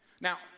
Now